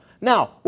Now